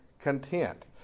content